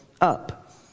up